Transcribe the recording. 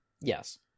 Yes